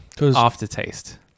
Aftertaste